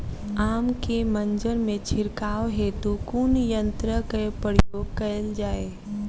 आम केँ मंजर मे छिड़काव हेतु कुन यंत्रक प्रयोग कैल जाय?